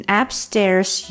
upstairs